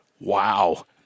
Wow